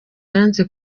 yanze